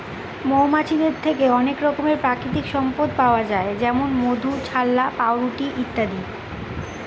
মৌমাছিদের থেকে অনেক রকমের প্রাকৃতিক সম্পদ পাওয়া যায় যেমন মধু, ছাল্লা, পাউরুটি ইত্যাদি